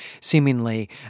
seemingly